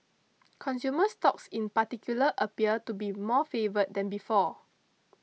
consumer stocks in particular appear to be more favoured than before